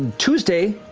tuesday,